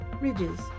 Ridges